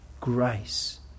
Grace